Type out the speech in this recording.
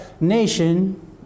nation